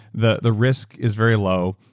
the the risk is very low,